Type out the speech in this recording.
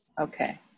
Okay